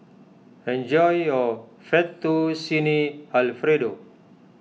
enjoy your Fettuccine Alfredo